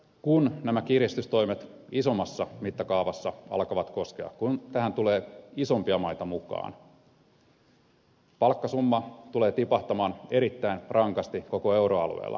kun nämä kiristystoimet isommassa mittakaavassa alkavat koskea kun tähän tulee isompia maita mukaan palkkasumma tulee tipahtamaan erittäin rankasti koko euroalueella